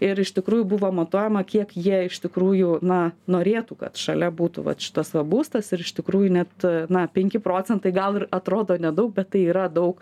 ir iš tikrųjų buvo matuojama kiek jie iš tikrųjų na norėtų kad šalia būtų vat šitas būstas ir iš tikrųjų net na penki procentai gal ir atrodo nedaug bet tai yra daug